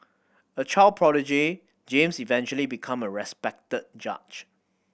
a child prodigy James eventually become a respected judge